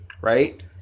right